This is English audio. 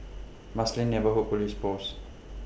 Marsiling Neighbourhood Police Post